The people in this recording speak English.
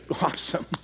awesome